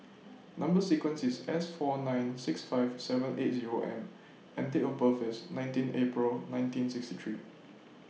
Number sequence IS S four nine six five seven eight Zero M and Date of birth IS nineteen April nineteen sixty three